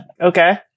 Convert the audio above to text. okay